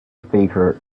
faker